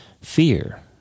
fear